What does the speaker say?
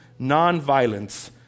nonviolence